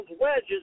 wedges